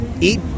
eat